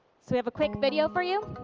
we have a quick video for you.